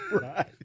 Right